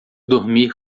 dormir